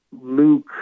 luke